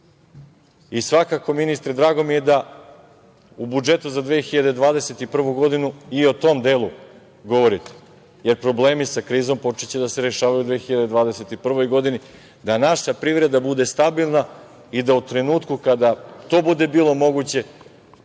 krize. Svakako, ministre, drago mi je da u budžetu za 2021. godinu i o tom delu govorite, jer problemi sa krizom počeće da se rešavaju u 2021. godini, da naša privreda bude stabilna i da u trenutku kada to bude bilo moguće